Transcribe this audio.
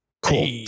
Cool